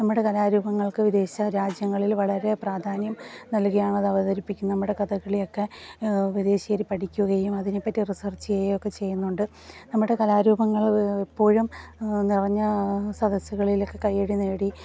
നമ്മുടെ കലാരൂപങ്ങൾക്ക് വിദേശ രാജ്യങ്ങളിൽ വളരെ പ്രാധാന്യം നൽകിയാണത് അവതരിപ്പിക്കുന്ന നമ്മുടെ കഥകളിയൊക്കെ വിദേശീയര് പഠിക്കുകയും അതിനെപ്പറ്റി റിസർച്ച് ചെയ്യേക്കെ ചെയ്യുന്നുണ്ട് നമ്മുടെ കലാരൂപങ്ങൾ ഇപ്പോഴും നിറഞ്ഞ സദസ്സുകളിൽ ഒക്കെ കയ്യടി നേടി